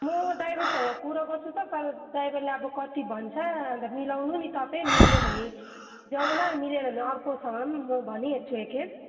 म ड्राइभरसँग कुरा गर्छु त गर ड्राइभरले अब कति भन्छ अन्त मिलाउनु नि तपाईँ मिल्यो भने जाउँला मिलेन भने अर्कोसँग पनि म भनिहेर्छु एकखेप